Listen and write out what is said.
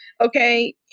okay